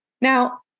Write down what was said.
Now